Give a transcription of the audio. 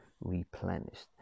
replenished